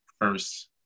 first